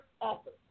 office